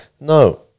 no